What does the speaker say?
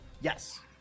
yes